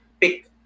pick